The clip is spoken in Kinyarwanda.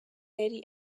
yari